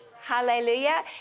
hallelujah